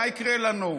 מה יקרה לנו.